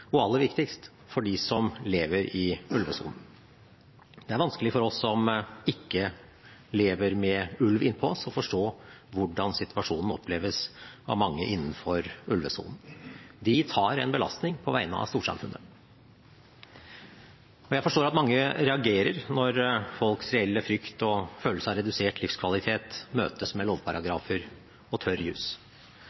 og aller viktigst er det en ny situasjon for dem som lever i ulvesonen. Det er vanskelig for oss som ikke lever med ulv innpå oss, å forstå hvordan situasjon oppleves av mange innenfor ulvesonen. De tar en belastning på vegne av storsamfunnet. Jeg forstår at mange reagerer når folks reelle frykt og følelse av redusert livskvalitet møtes med